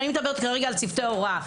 אני מדברת כרגע על צוותי ההוראה.